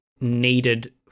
needed